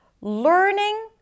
learning